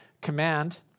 command